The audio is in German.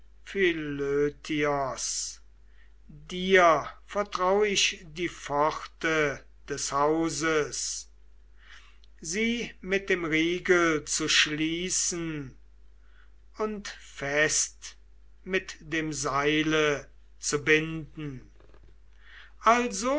dir vertrau ich die pforte des hofes sie mit dem riegel zu schließen und fest mit dem seile zu binden